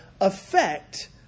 affect